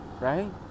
Right